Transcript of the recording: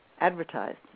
advertised